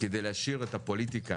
כדי להשאיר את הפוליטיקה